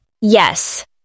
Yes